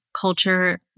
culture